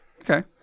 Okay